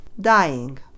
dying